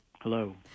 Hello